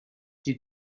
die